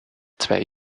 zwei